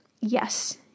Yes